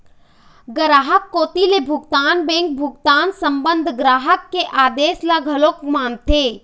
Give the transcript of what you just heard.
गराहक कोती ले भुगतान बेंक भुगतान संबंध ग्राहक के आदेस ल घलोक मानथे